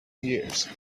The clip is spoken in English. years